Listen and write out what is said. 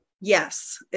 Yes